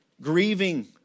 grieving